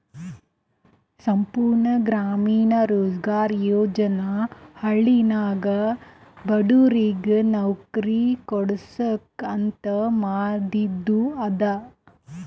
ಸಂಪೂರ್ಣ ಗ್ರಾಮೀಣ ರೋಜ್ಗಾರ್ ಯೋಜನಾ ಹಳ್ಳಿನಾಗ ಬಡುರಿಗ್ ನವ್ಕರಿ ಕೊಡ್ಸಾಕ್ ಅಂತ ಮಾದಿದು ಅದ